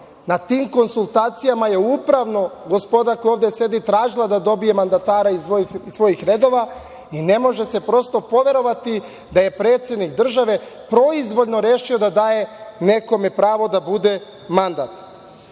na tim konsultacijama je upravo gospoda koja ovde sede, tražila da dobiju mandatara iz svojih redova i ne može se prosto poverovati da je predsednik države proizvoljno rešio da daje nekome pravo da bude …Ono